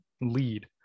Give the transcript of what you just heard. lead